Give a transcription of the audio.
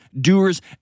doers